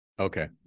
Okay